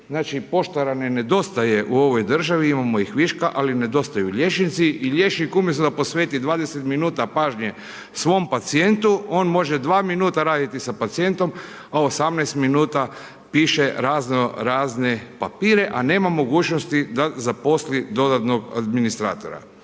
znači poštara ne nedostaje u ovoj državi, imamo ih viška, ali nedostaju liječnici i liječnik umjesto da posveti 20 minuta pažnje svom pacijentu, on može 2 minuta raditi sa pacijentom, a 18 minuta piše razno razne papire, a nema mogućnosti da zaposli dodatnog administratora.